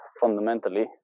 fundamentally